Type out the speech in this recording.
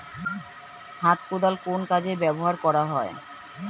হাত কোদাল কোন কাজে ব্যবহার করা হয়?